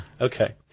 Okay